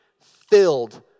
filled